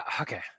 okay